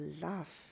love